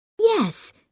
Yes